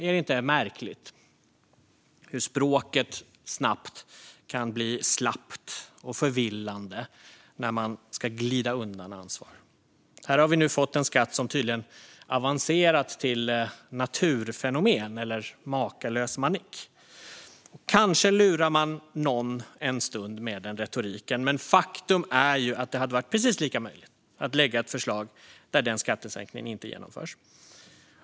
Är det inte märkligt hur språket snabbt kan bli slappt och förvillande när man ska glida undan ansvar? Här har vi fått en skatt som tydligen avancerat till naturfenomen eller makalös manick. Kanske lurar man någon en stund med den retoriken. Men faktum är att det hade varit precis lika möjligt att lägga fram ett förslag där denna skattesänkning inte genomförs.